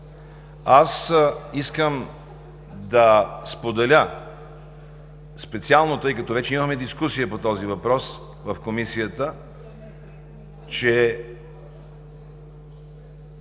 Искам да споделя специално, тъй като вече имаме дискусия по този въпрос в Комисията, че